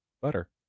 Butter